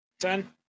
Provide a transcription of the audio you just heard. Ten